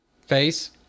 face